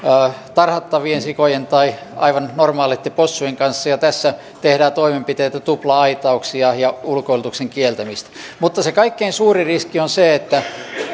tarhattavien sikojen tai aivan normaaleitten possujen kanssa ja tässä tehdään toimenpiteitä tupla aitauksia ja ulkoilutuksen kieltämistä mutta se kaikkein suurin riski on se että